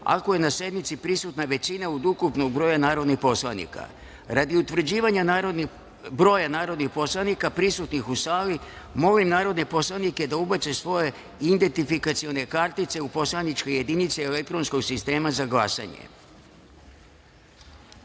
ako je na sednici prisutna većina od ukupnog broja narodnih poslanika. Radi utvrđivanja broja narodnih poslanika prisutnih u sali, molim narodne poslanike da ubace svoje identifikacione kartice u poslaničke jedinice elektronskog sistema za